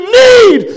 need